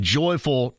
joyful